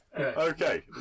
Okay